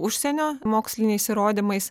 užsienio moksliniais įrodymais